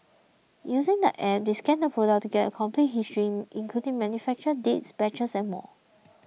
using the app they scan the product to get a complete history including manufacturer dates batches and more